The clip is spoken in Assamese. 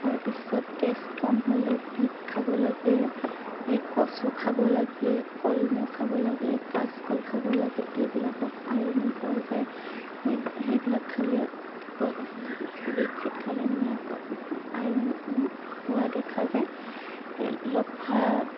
তাৰ পিছত তেজ কম হ'লে বিট খাব লাগে কচু খাব লাগে কলমৌ খাব লাগে কাচকল খাব লাগে এইবিলাকত আইৰণ পোৱা যায় সেই সেইবিলাক খালে বিট চিট খালে মানে আইৰণ হোৱা দেখা যায় লফা